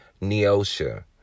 Neosha